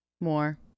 more